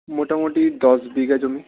মোটামুটি দশ বিঘা জমি